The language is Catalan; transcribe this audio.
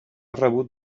rebut